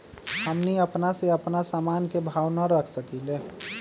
हमनी अपना से अपना सामन के भाव न रख सकींले?